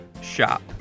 shop